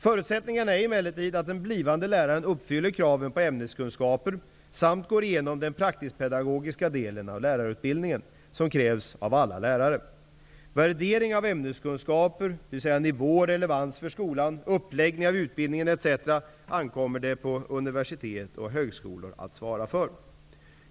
Förutsättningarna är emellertid att den blivande läraren uppfyller kraven på ämneskunskaper samt går igenom den praktisk-pedagogiska delen av lärarutbildningen som krävs av alla lärare. Värdering av ämneskunskaper -- dvs. av nivå och relevans för skolan -- uppläggning av utbildningen etc. ankommer det på universitet och högskolor att svara för.